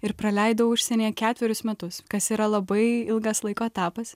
ir praleidau užsienyje ketverius metus kas yra labai ilgas laiko etapas